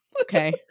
okay